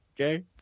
Okay